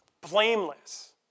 blameless